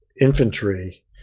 infantry